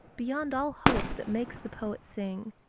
beyond all hope that makes the poet sing.